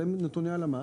זה נתוני הלמ"ס.